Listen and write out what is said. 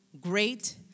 great